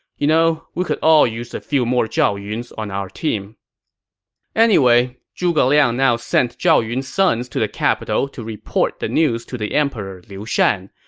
you know we could all use a few more zhao yuns on our team anyway, zhuge liang now sent zhao yun's sons to the capital to report the news to the emperor liu shan.